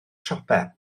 siopau